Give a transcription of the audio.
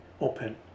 open